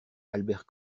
albert